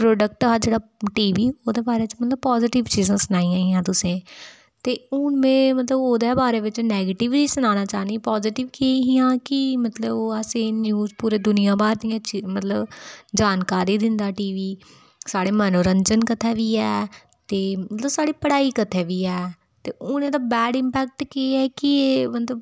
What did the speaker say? project हा जेह्ड़ा TV ओह्दे बारे च पॉजीटिव चीज़ां सनाइयां हियां तुसें ई ते हू'न में ओह्दे बारै नैगेटिव बी सनाना चाह्न्नीं पॉजीटिव केह् हियां के मतलब ओह् न्यूज असेंगी दूनिया भर दियां मतलब जानकारी दिंदा टीवी साढ़े मनोरंजन कथे बी ऐ ते साढ़ी पढ़ाई आस्तै बी ऐ ते हू'न एह्दा बैड इंपैक्ट केह् ऐ की एह् मतलब